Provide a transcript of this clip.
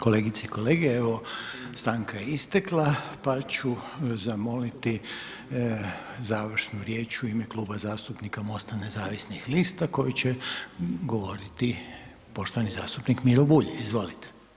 Kolegice i kolege, evo stanka je istekla pa ću zamoliti završnu riječ u ime Kluba zastupnika MOST-a nezavisnih lista koju će govoriti poštovani zastupnik Miro Bulj, izvolite.